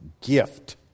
gift